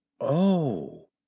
Oh